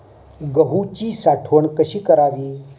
गहूची साठवण कशी करावी?